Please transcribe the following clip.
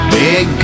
big